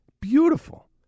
Beautiful